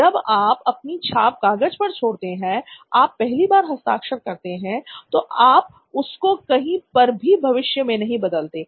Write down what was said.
जब आप अपनी छाप कागज पर छोड़ते हैं आप पहली बार हस्ताक्षर करते हैं तो आप उसको कहीं पर भी भविष्य में नहीं बदलते है